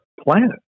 planet